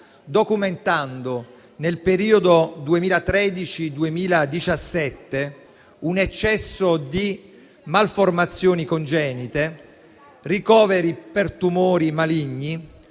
documentando nel periodo 2013-2017 un eccesso di malformazioni congenite, ricoveri per tumori maligni,